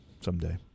someday